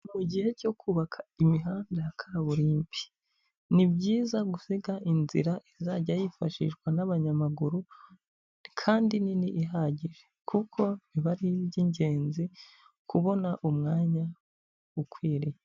Mu gihe cyo kubaka imihanda ya kaburimbo, ni byiza gusiga inzira izajya yifashishwa n'abanyamaguru kandi nini ihagije, kuko biba ari iby'ingenzi kubona umwanya ukwiriye.